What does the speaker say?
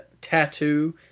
tattoo